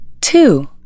Two